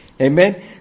Amen